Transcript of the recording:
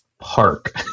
park